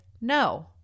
no